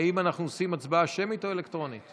האם אנחנו עושים הצבעה שמית או אלקטרונית?